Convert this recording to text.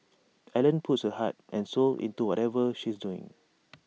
Ellen puts her heart and soul into whatever she's doing